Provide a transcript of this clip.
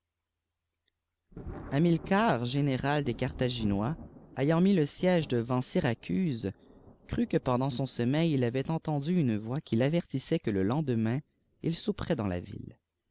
général jes carthaginois ayant mis le siège devant syracuse crut que pendant son sommeil il avait entendu une voix i fàvertissait que le lendemain il souperait dans la ville